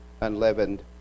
unleavened